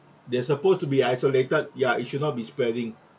they're supposed to be isolated ya it should not be spreading